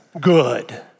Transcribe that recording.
good